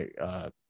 right